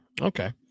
Okay